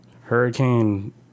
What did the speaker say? Hurricane